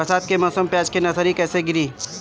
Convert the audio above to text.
बरसात के मौसम में प्याज के नर्सरी कैसे गिरी?